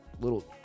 little